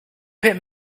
him